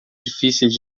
difíceis